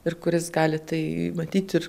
ir kuris gali tai matyt ir